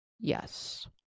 Yes